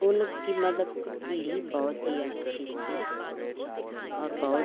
वो लोग की मतलब पीढ़ी बहुत ही अच्छी थी और बहुत